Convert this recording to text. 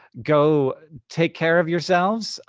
go take care of yourselves.